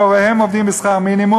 שהוריהם עובדים בשכר מינימום?